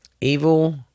evil